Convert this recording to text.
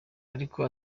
ariko